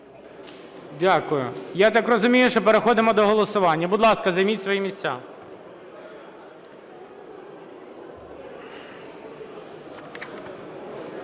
Дякую. Я так розумію, що переходимо до голосування. Будь ласка, займіть свої місця. Ставлю